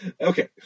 okay